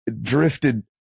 drifted